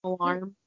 Alarm